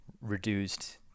reduced